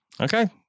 Okay